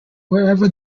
wherever